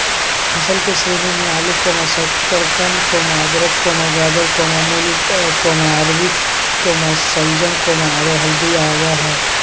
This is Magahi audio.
फसल के श्रेणी मे आलू, शकरकंद, अदरक, गाजर, मूली, अरबी, शलजम, आरो हल्दी आबो हय